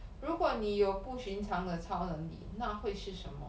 如果你有不寻常的超能力那会是什么